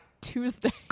Tuesday